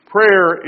Prayer